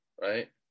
Right